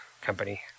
company